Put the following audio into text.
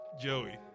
Joey